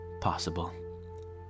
possible